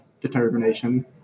determination